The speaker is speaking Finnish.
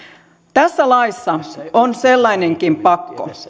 tässä laissa on sellainenkin pakko